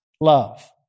love